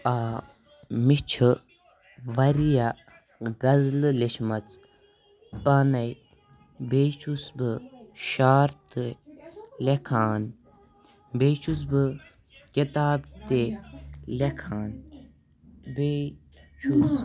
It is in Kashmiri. آ مےٚ چھِ واریاہ غزلہٕ لیچھٕمَژ پانے بیٚیہِ چھُس بہٕ شار تہِ لیکھان بیٚیہِ چھُس بہٕ کِتاب تہِ لیکھان بیٚیہِ چھُس